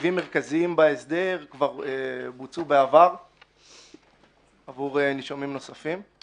רכיבים מרכזיים בהסדר כבר בוצעו בעבר עבור נישומים נוספים.